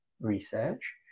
research